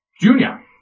Junior